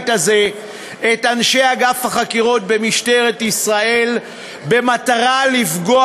הזה את אנשי אגף החקירות במשטרת ישראל במטרה לפגוע